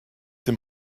dem